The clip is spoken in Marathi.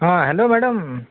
हा हॅलो मॅडम